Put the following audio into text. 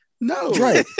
No